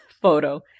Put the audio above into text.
photo